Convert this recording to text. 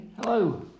Hello